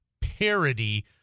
parody